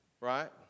Right